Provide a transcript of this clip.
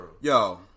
Yo